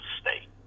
state